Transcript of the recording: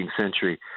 century